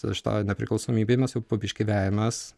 šitoj nepriklausomybėj mes jau po biškį vejamės